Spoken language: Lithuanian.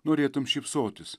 norėtum šypsotis